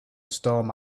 storm